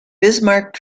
bismarck